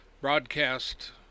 broadcast